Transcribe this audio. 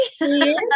Yes